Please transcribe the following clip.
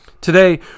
Today